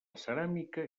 ceràmica